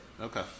Okay